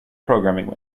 programming